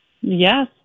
yes